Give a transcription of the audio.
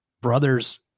brother's